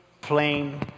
plain